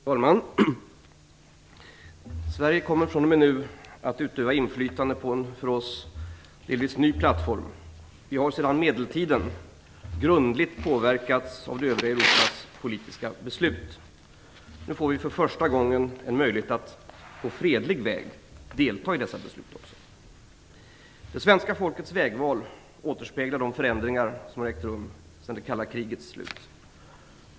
Fru talman! Sverige kommer fr.o.m. nu att utöva inflytande på en för oss delvis ny plattform. Vi har sedan medeltiden grundligt påverkats av det övriga Europas politiska beslut. Nu får vi för första gången en möjlighet att - på fredlig väg - delta i dessa beslut. Det svenska folkets vägval återspeglar de förändringar som ägt rum sedan det kalla krigets slut.